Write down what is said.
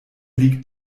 liegt